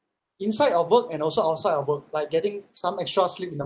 inside of work and also outside of work like getting some extra sleep in the